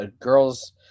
girls